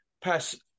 Pass